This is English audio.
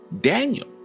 Daniel